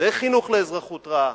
זה חינוך לאזרחות רעה,